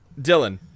Dylan